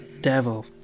devil